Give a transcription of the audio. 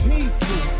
People